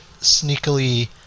sneakily